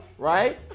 Right